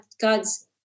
God's